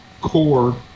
core